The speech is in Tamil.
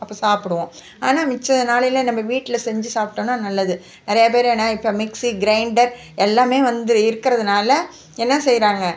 அப்போ சாப்பிடுவோம் ஆனால் மிச்ச நாளையில் நம்ம வீட்டில் செஞ்சு சாப்பிட்டோன்னா நல்லது நிறையா பேர் என்ன இப்போ மிக்சி கிரைண்டர் எல்லாமே வந்து இருக்கிறதுனால என்ன செய்யறாங்க